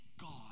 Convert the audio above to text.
God